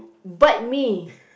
bite me